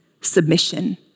submission